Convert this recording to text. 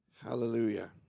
Hallelujah